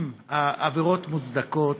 אם העבירות מוצדקות,